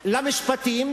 למשפטים,